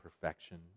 perfection